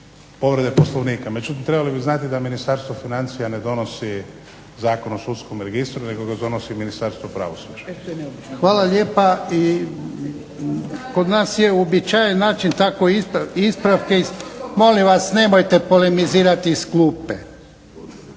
povrede Poslovnika. Međutim trebali bi znati da Ministarstvo financija ne donosi Zakon o sudskom registru, nego ga donosi Ministarstvo pravosuđa. **Jarnjak, Ivan (HDZ)** Hvala lijepa. I kod nas je uobičajen način tako ispravke. …/Upadica se ne razumije./… Molim vas, nemojte polemizirati iz skupe.